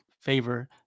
favor